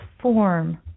form